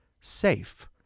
SAFE